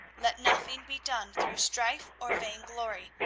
let nothing be done through strife or vain glory,